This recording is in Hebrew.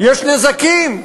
יש נזקים.